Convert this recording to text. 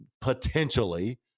potentially